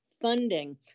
Funding